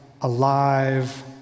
alive